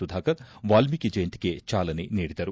ಸುಧಾಕರ್ ವಾಲ್ಮೀಕಿ ಜಯಂತಿಗೆ ಚಾಲನೆ ನೀಡಿದರು